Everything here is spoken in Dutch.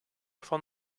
van